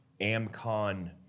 Amcon